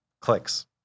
clicks